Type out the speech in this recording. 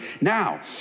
Now